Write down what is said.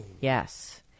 Yes